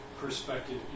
perspective